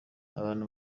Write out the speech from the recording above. abantu